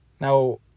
Now